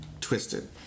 twisted